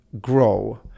grow